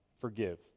forgive